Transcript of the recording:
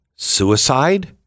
suicide